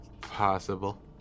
Possible